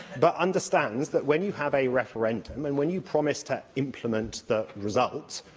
but understands that, when you have a referendum, and when you promise to implement the result,